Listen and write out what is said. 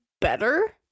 better